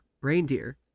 reindeer